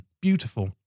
beautiful